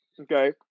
okay